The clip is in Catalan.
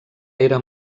era